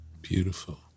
Beautiful